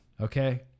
Okay